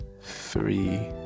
Three